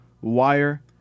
wire